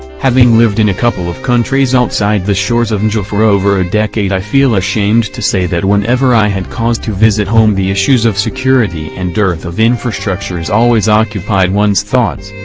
having lived in a couple of countries outside the shores of naija and ah for over a decade i feel ashamed to say that whenever i had cause to visit home the issues of security and dearth of infrastructures always occupied ones thoughts.